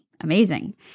Amazing